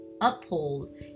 uphold